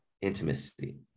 intimacy